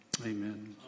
Amen